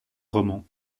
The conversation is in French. roman